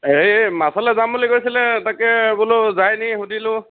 এই মাছলৈ যাম বুলি কৈছিল তাকে বোলো যায় নি সুধিলোঁ